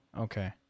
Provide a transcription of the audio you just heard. Okay